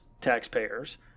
taxpayers